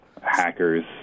hackers